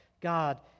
God